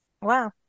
wow